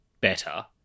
better